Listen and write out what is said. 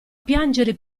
piangere